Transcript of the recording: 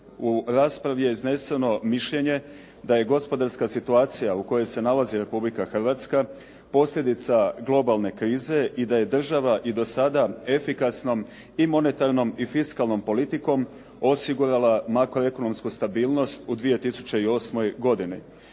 u raspravi je izneseno mišljenje da je gospodarska situacija u kojoj se nalazi Republika Hrvatska posljedica globalne krize i da je država i do sada efikasnom i monetarnom i fiskalnom politikom osigurala makroekonomsku stabilnost u 2008. godini.